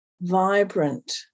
vibrant